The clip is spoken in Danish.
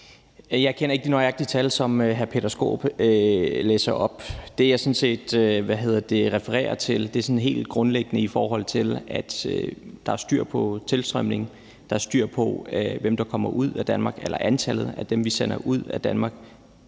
Jeg kender ikke de nøjagtige tal, som hr. Peter Skaarup læser op. Det, jeg sådan set refererer til, handler sådan helt grundlæggende om, om der er styr på tilstrømningen, og om der er styr på antallet af dem, vi sender ud af Danmark.